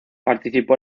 participó